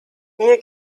hier